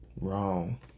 wrong